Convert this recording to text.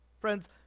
Friends